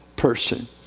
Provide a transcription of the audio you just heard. person